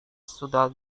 sudah